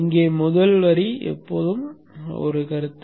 இங்கே முதல் வரி எப்போதும் ஒரு கருத்து